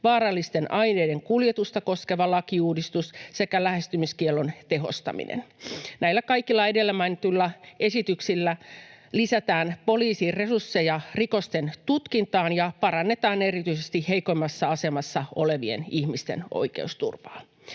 vaarallisten aineiden kuljetusta koskeva lakiuudistus sekä lähestymiskiellon tehostaminen. Näillä kaikilla edellä mainituilla esityksillä lisätään poliisin resursseja rikosten tutkintaan ja parannetaan erityisesti heikoimmassa asemassa olevien ihmisten oikeusturvaa.